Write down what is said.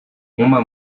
uma